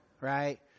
right